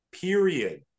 period